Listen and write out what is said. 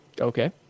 Okay